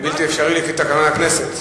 בלתי אפשרי לפי תקנון הכנסת.